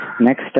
Next